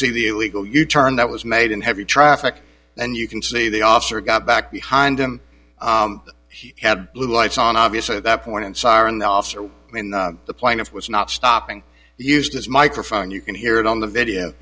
see the illegal u turn that was made in heavy traffic and you can see the officer got back behind him he had blue lights on obviously at that point and siren the officer in the plane of was not stopping used this microphone you can hear it on the video